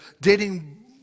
dating